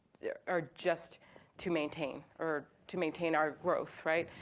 yeah are just to maintain, or to maintain our growth, right?